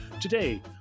today